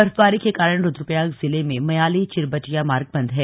बर्फबारी के कारण रुद्रप्रयाग जिले में मयाली चिरबटिया मार्ग बंद है